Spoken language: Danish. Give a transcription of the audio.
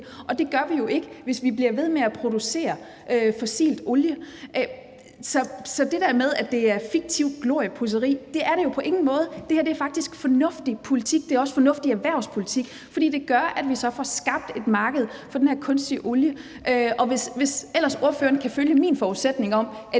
og det gør vi jo ikke, hvis vi bliver ved med at producere fossil olie. Så til det der med, at det er fiktivt gloriepudsning, vil jeg sige, at det er det jo på ingen måde. Det her er faktisk fornuftig politik, det er også fornuftig erhvervspolitik, fordi det gør, at vi så får skabt af marked for den her kunstige olie. Og hvis ellers ordføreren kan følge min forudsætning om,